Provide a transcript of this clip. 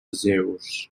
zeus